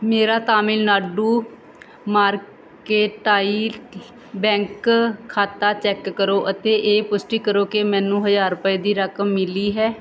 ਮੇਰਾ Tamil Nadu mercantile bank ਖਾਤਾ check ਕਰੋ ਅਤੇ ਇਹ ਪੁਸ਼ਟੀ ਕਰੋ ਕਿ ਮੈਨੂੰ ਹਜ਼ਾਰ ਰੁਪਏ ਦੀ ਰਕਮ ਮਿਲੀ ਹੈ